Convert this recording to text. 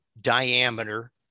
diameter